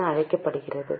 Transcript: என அழைக்கப்படுகின்றன